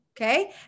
Okay